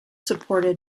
supported